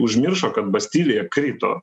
užmiršo kad bastilija krito